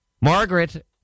Margaret